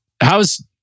how's